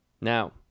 Now